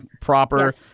proper